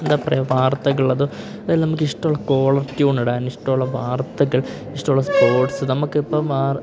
എന്താ പറയുക വാർത്തകളത് ഇതെല്ലാം നമുക്കിഷ്ടമുള്ള കോളര് ട്യൂണിടാന് ഇഷ്ടമുള്ള വാർത്തകൾ ഇഷ്ടമുള്ള സ്പോർട്സ് നമുക്കിപ്പം വാര്